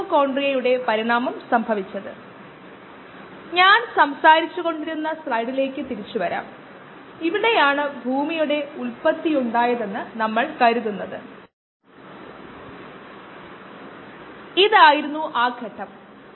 ഉദാഹരണത്തിന് ഒരു stirred tank bioreactor ഒരു ബാച്ച് മോഡിലും തുടർച്ചയായ മോഡിലും ഒരു ഫെഡ് ബാച്ച് മോഡിലും പ്രവർത്തിപ്പിക്കാൻ കഴിയും